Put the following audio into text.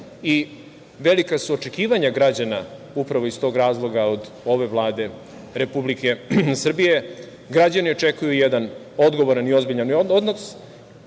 Velika su očekivanja građana upravo iz tog razloga od ove Vlade Republike Srbije. Građani očekuju jedan odgovoran i ozbiljan odnos.